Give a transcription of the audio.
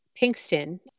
Pinkston